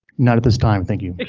not at this time. thank you.